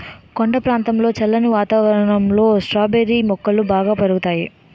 కొండ ప్రాంతంలో చల్లని వాతావరణంలో స్ట్రాబెర్రీ మొక్కలు బాగా పెరుగుతాయి